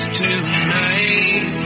tonight